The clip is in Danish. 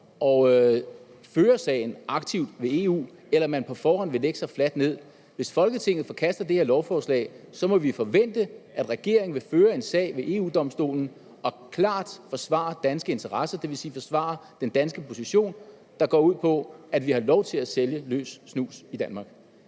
og føre sagen aktivt ved EU, eller om man på forhånd vil lægge sig fladt ned. Hvis Folketinget forkaster det her lovforslag, må vi forvente, at regeringen vil føre en sag ved EU-Domstolen og klart forsvare danske interesser, det vil sige forsvare den danske position, der går ud på, at vi har lov til at sælge løs snus i Danmark.